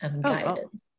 guidance